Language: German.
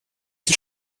die